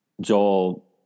Joel